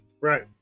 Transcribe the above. Right